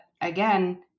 again